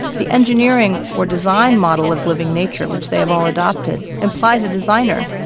the engineering or design model of living nature, which they have all adopted, implies a designer,